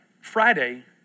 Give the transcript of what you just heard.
Friday